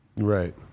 right